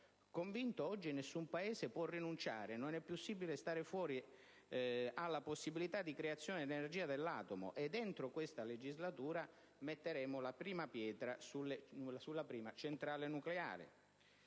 convinto): «Oggi nessun Paese può rinunciare; non è possibile stare fuori alla possibilità di creazione dell'energia dell'atomo ed entro questa legislatura metteremo la prima pietra sulla prima centrale nucleare».